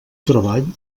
treball